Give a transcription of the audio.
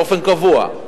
באופן קבוע,